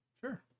Sure